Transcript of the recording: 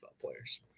players